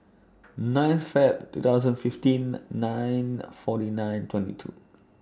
ninth Feb two thousand and fifteen nine forty nine twenty two